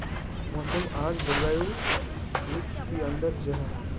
मौसम आर जलवायु युत की अंतर जाहा?